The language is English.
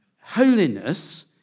Holiness